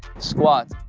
squats,